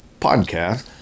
podcast